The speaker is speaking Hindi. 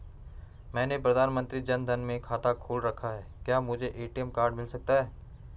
मैंने प्रधानमंत्री जन धन में खाता खोल रखा है क्या मुझे ए.टी.एम कार्ड मिल सकता है?